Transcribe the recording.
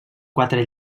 quatre